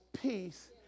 peace